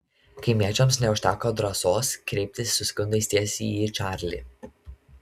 kaimiečiams neužteko drąsos kreiptis su skundais tiesiai į čarlį